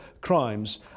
crimes